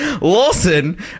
Lawson